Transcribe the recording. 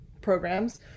programs